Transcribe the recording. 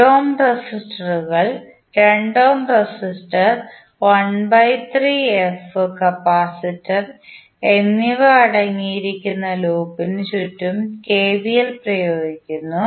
1Ω resistor 2Ω resistor capacitor എന്നിവ അടങ്ങിയിരിക്കുന്ന ലൂപ്പിന് ചുറ്റും കെവിഎൽ പ്രയോഗിക്കുന്നു